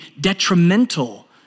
detrimental